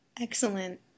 Excellent